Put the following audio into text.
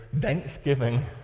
thanksgiving